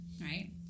Right